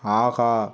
ஆஹா